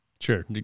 Sure